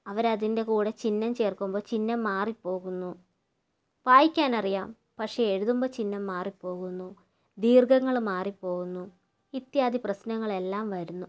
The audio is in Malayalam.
അവരതിൻ്റെ കൂടെ ചിഹ്നം ചേർക്കുമ്പോൾ ചിഹ്നം മാറി പോകുന്നു വായിക്കാനറിയാം പക്ഷെ എഴുതുമ്പോൾ ചിഹ്നം മാറി പോകുന്നു ദീർഘങ്ങള് മാറി പോകുന്നു ഇത്യാദി പ്രശ്നങ്ങളെല്ലാം വരുന്നു